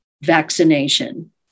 vaccination